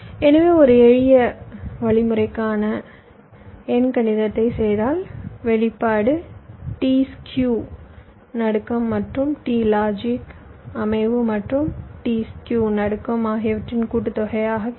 எனவே ஒரு எளிய வழிமுறையான எண்கணிதத்தைச் செய்தால் வெளிப்பாடு t ஸ்க்யூ நடுக்கம் மற்றும் டி லாஜிக் அமைவு மற்றும் t ஸ்க்யூ நடுக்கம் ஆகியவற்றின் கூட்டு தொகையாக கிடைக்கும்